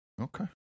Okay